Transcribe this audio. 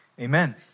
Amen